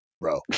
bro